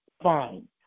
fine